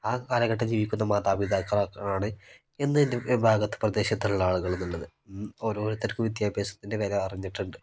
ആ കാലഘട്ടം ജീവിക്കുന്ന മാതാപിതാക്കളാണ് ഇന്ന് എൻ്റെ ഭാഗത്ത് പ്രദേശത്തുള്ള ആളുകൾ എന്നുള്ളത് ഓരോരുത്തർക്കും വിദ്യാഭ്യാസത്തിൻ്റെ വില അറിഞ്ഞിട്ടുണ്ട്